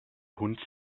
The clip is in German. hund